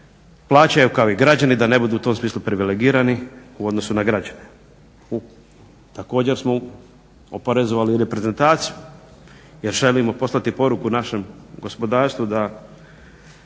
plaćaju kao i građani, da ne budu u tom smislu privilegirani u odnosu na građane. Također smo oporezovali reprezentaciju jer želimo poslati poruku našem gospodarstvu da